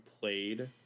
played